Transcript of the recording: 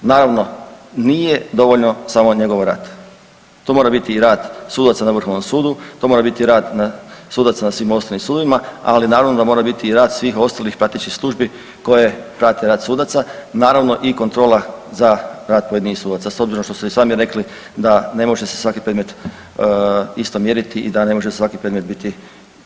Naravno nije dovoljno samo njegov rad, to mora biti i rad sudaca na vrhovnom sudu, to mora biti rad sudaca na svim ostalim sudovima, ali naravno da mora biti i rad svih ostalih pratećih službi koje prate rad sudaca, naravno i kontrola za rad pojedinih sudaca s obzirom što ste i sami rekli da ne može se svaki predmet isto mjeriti i da ne može u svaki predmet biti utrošeno isto vremena.